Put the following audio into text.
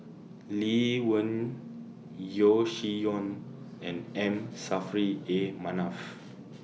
Lee Wen Yeo Shih Yun and M Saffri A Manaf